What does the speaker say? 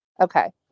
Okay